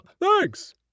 Thanks